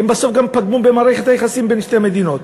הם בסוף גם פגמו במערכת היחסים בין שתי המדינות.